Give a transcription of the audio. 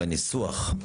על הניסוח,